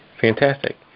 fantastic